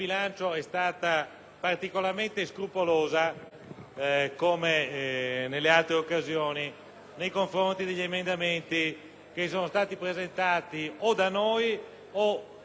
nei confronti degli emendamenti che sono stati presentati, o da noi o, il più delle volte, comunemente, con uno sforzo congiunto, da parte di maggioranza e opposizione.